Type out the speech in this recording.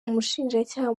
umushinjacyaha